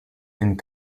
and